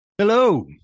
Hello